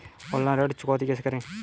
Online ऋण चुकौती कैसे करें?